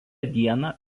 dieną